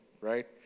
right